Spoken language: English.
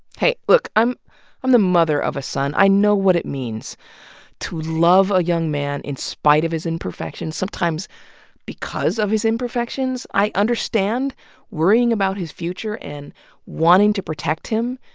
hey, i'm i'm the mother of a son. i know what it means to love a young man in spite of his imperfections, sometimes because of his imperfections. i understand worrying about his future and wanting to protect him.